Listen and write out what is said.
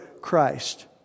Christ